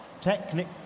Technic